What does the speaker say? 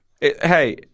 Hey